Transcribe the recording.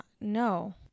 No